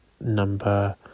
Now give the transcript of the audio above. number